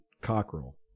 Cockrell